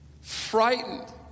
Frightened